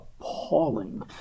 appalling